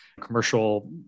commercial